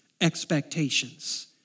expectations